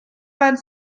van